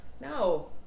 no